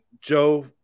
Joe